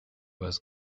was